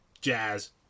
jazz